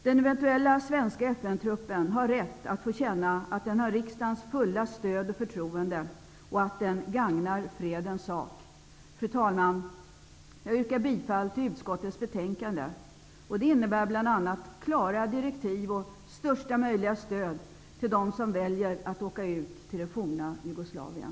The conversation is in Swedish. Den eventuella svenska FN-truppen har rätt att få känna att den har riksdagens fulla stöd och förtroende och att den gagnar fredens sak. Fru talman! Jag yrkar bifall till utskottets hemställan, som bl.a. innebär klara direktiv och största möjliga stöd för dem som väljer att åka till det forna Jugoslavien.